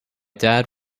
dad